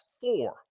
four